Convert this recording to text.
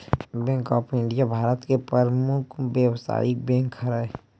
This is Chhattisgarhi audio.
बेंक ऑफ इंडिया भारत के परमुख बेवसायिक बेंक हरय